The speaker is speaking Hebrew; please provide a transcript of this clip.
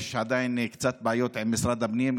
יש עדיין קצת בעיות עם משרד הפנים.